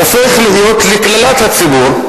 הופך להיות לקללת הציבור.